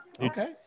Okay